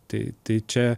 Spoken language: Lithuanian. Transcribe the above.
tai tai čia